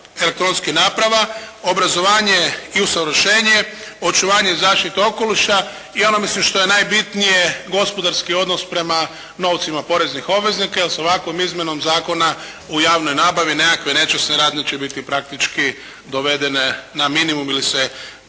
elektronskih naprava, obrazovanje i usavršenje, očuvanje i zaštita okoliša i ono mislim što je najbitnije gospodarski odnos prema novcima poreznih obveznika jer sa ovakvom izmjenom Zakona o javnoj nabavi nekakve nečasne radnje će biti praktički dovedene na minimum ili se